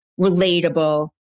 relatable